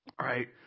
right